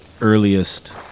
earliest